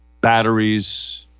Batteries